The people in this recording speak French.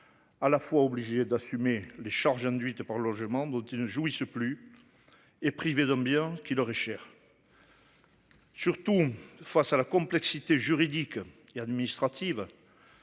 À la fois obligé d'assumer les charges induites par le logement dont ils ne jouissent plus. Et privé d'ambiance qui leur est cher. Surtout face à la complexité juridique et administrative.